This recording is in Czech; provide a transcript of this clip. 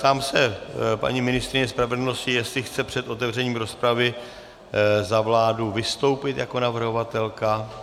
Ptám se paní ministryně spravedlnosti, jestli chce před otevřením rozpravy za vládu vystoupit jako navrhovatelka.